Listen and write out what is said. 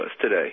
today